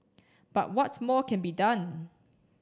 but what more can be done